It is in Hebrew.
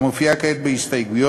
המופיעה כעת בהסתייגויות,